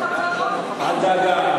אל דאגה.